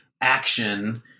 action